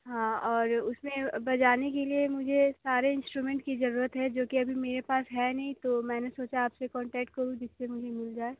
हाँ और उस में बजाने के लिए मुझे सारे इन्स्ट्रुमेंट की ज़रूरत है जो कि अभी मेरे पास है नहीं तो मैंने सोचा आप से कॉन्टैक्ट करूँ जिससे मुझे मिल जाए